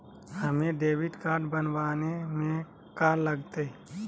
हमें debit card बनाने में का लागत?